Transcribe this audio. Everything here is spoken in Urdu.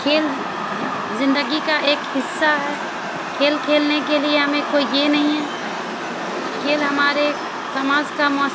کھیل زندگی کا ایک حصہ کھیل کھیلنے کے لیے ہمیں کوئی یہ نہیں ہے کھیل ہمارے سماج کا موس